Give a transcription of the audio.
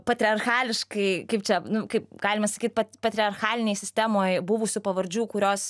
patriarchališkai kaip čia nu kaip galima sakyt patriarchalinėj sistemoj buvusių pavardžių kurios